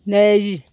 नै